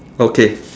okay